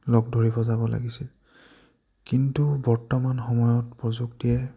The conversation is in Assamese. লগ ধৰিব যাব লাগিছিল কিন্তু বৰ্তমান সময়ত প্ৰযুক্তিয়ে